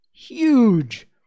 huge